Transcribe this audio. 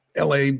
LA